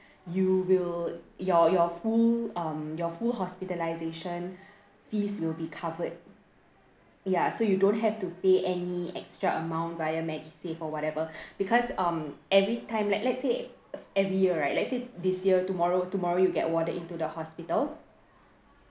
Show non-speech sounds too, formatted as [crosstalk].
you will your your full um your full hospitalisation fees will be covered ya so you don't have to pay any extra amount via MediSave or whatever [breath] because um everytime like let's say every year right let's say this year tomorrow tomorrow you get warded into the hospital